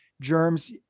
germs